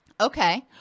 okay